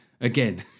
again